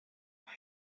eine